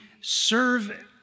serve